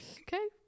okay